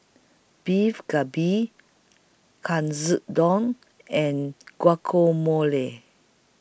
Beef Galbi Katsudon and Guacamole